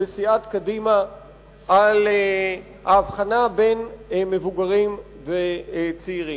בסיעת קדימה על ההבחנה בין מבוגרים לצעירים.